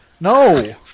no